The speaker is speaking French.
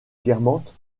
guermantes